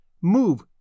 move